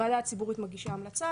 הוועדה הציבורית מגישה המלצה,